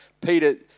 Peter